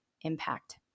impact